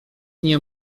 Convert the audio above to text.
nie